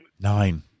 Nine